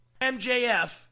MJF